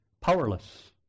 powerless